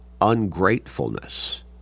ungratefulness